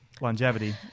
longevity